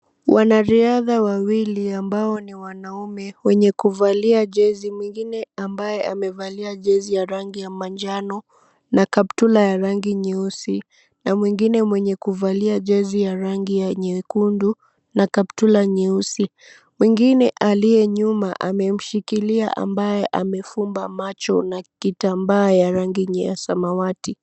Wanariadha wawili ambao ni wanaume wenye kuvalia jezi, mwingine ambaye amevalia jezi ya rangi ya manjano na kaptura ya rangi nyeusi na mwingine mwenye kuvalia jezi ya rangi ya nyekundu na kaptura nyeusi, wengine aliyenyuma ameshikilia ambaye amefumba macho na kitambaa ya rangi yenye ya samawati.